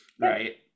right